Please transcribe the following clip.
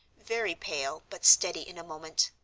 very pale, but steady in a moment.